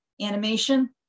animation